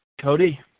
Cody